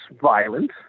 violent